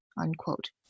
unquote